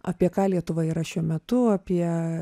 apie ką lietuva yra šiuo metu apie